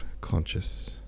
conscious